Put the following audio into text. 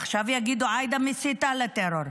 עכשיו יגידו, עאידה מסיתה לטרור.